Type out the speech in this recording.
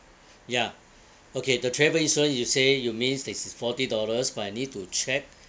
ya okay the travel insurance you say you means it is forty dollars but I need to check